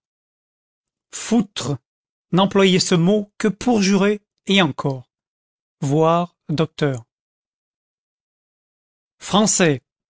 foutre n'employer de mot que pour jurer et encore v docteur français